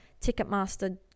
Ticketmaster